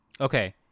Okay